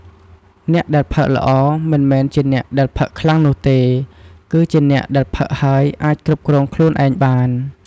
អ្នកដែលផឹកល្អ មិនមែនជាអ្នកដែលផឹកខ្លាំងនោះទេ គឺជាអ្នកដែលផឹកហើយអាចគ្រប់គ្រងខ្លួនឯងបាន។